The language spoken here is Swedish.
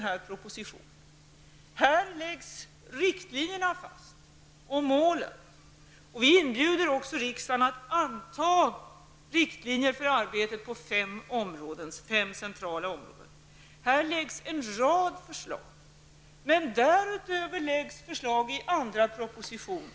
Här läggs riktlinjerna och målen fast. Vi inbjuder också riksdagen att anta riktlinjer för arbetet på fem centrala områden. Här läggs en rad förslag fram. Men därutöver lägger vi fram förslag i andra propositioner.